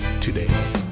today